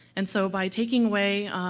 and so, by taking away,